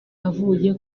avuye